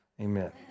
Amen